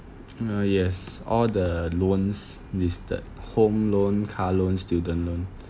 mm yes all the loans listed home loan car loan student loan